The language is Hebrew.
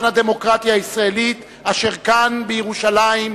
משכן הדמוקרטיה הישראלית אשר כאן בירושלים,